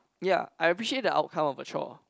ya I appreciate the outcome of the choir